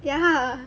ya